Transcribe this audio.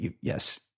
Yes